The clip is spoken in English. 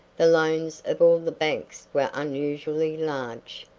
the loans of all the banks were unusually large.